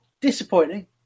disappointing